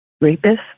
rapist